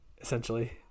essentially